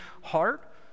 heart